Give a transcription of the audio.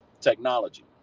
technology